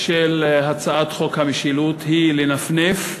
של הצעת חוק המשילות היא לנפנף,